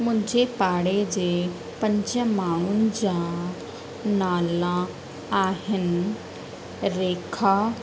मुंहिंजे पाड़े जे पंज माण्हुनि जा नाला आहिनि रेखा